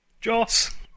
Joss